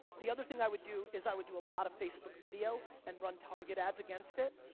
the other thing i would do, is i would do a lot of facebook video and run target ads against it.